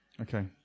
Okay